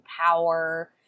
power